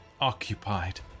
occupied